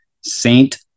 Saint